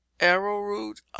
arrowroot